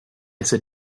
sit